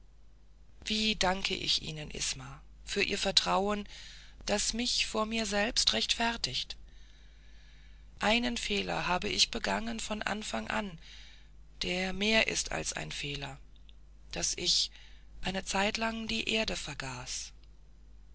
wie danke ich ihnen isma für ihr vertrauen das mich vor mir selbst rechtfertigt einen fehler habe ich begangen von anfang an der mehr ist als ein fehler daß ich eine zeitlang die erde vergaß